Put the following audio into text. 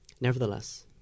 Nevertheless